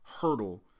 hurdle